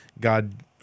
God